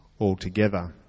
altogether